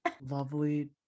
Lovely